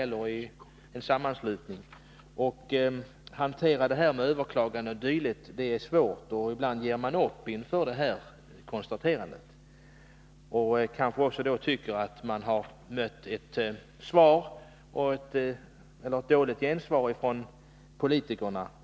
Det är svårt för dem att hantera överklaganden osv., och ibland ger de upp när de tvingas konstatera detta. De tycker kanske då att de har mött ett dåligt gensvar hos politikerna.